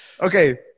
Okay